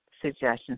suggestions